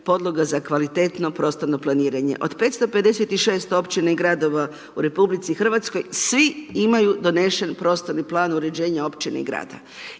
podloga za kvalitetno prostorno planiranje. Od 556 općina i gradova u RH, svi imaju donesen prostorni plan uređenja općine i grada.